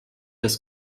des